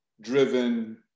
driven